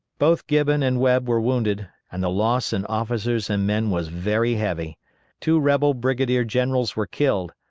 both gibbon and webb were wounded, and the loss in officers and men was very heavy two rebel brigadier-generals were killed,